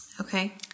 Okay